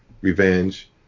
Revenge